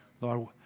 Lord